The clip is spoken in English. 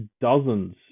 dozens